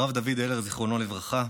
הרב דוד הלר, זיכרונו לברכה,